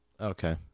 Okay